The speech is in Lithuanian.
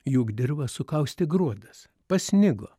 juk dirvą sukaustė gruodas pasnigo